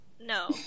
no